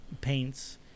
paints